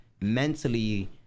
mentally